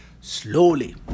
slowly